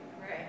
Right